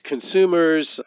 consumers